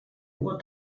nur